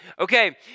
Okay